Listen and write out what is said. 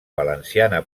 valenciana